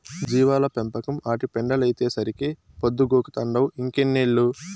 జీవాల పెంపకం, ఆటి పెండలైతేసరికే పొద్దుగూకతంటావ్ ఇంకెన్నేళ్ళు